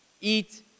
eat